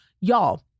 Y'all